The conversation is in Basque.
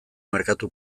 merkatu